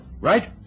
Right